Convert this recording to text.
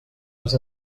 les